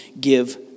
give